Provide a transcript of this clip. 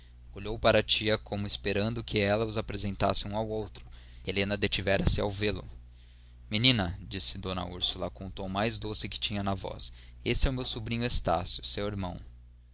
olhou para a tia como esperando que ela os apresentasse um ao outro helena detivera se ao vê-lo menina disse d úrsula com o tom mais doce que tinha na voz este é meu sobrinho estácio seu irmão